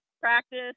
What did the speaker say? practice